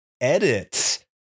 edit